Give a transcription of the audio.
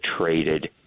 traded